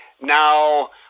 Now